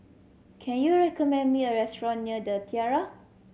can you recommend me a restaurant near The Tiara